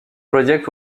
project